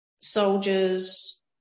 soldiers